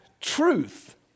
truth